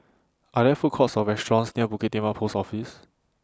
Are There Food Courts Or restaurants near Bukit Timah Post Office